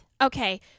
Okay